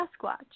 Sasquatch